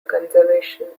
conservation